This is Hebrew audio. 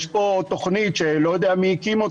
יש פה תוכנית שלא יודע מי הקים,